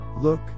look